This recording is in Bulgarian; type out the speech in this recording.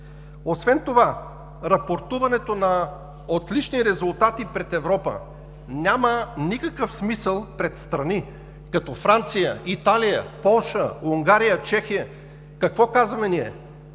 Освен това рапортуването на отлични резултати пред Европа няма никакъв смисъл пред страни като Франция, Италия, Полша, Унгария, Чехия. Какво казваме ние?